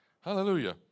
Hallelujah